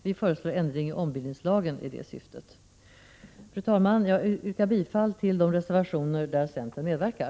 Vi föreslår ändring i ombildningslagen i detta syfte. Fru talman! Jag yrkar bifall till de reservationer där centern medverkar.